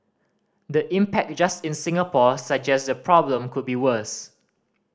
the impact just in Singapore suggest the problem could be worse